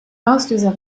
auslöser